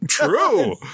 true